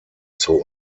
zur